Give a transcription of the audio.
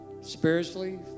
spiritually